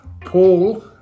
Paul